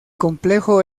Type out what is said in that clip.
complejo